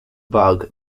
bug